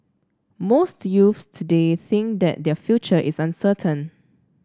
most youths today think that their future is uncertain